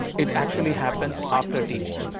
it actually happens after tg.